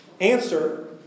Answer